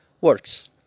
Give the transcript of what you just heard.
works